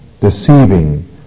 deceiving